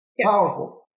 Powerful